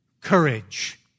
courage